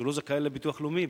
אז הוא לא זכאי לביטוח לאומי,